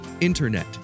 internet